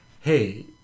Hey